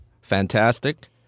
fantastic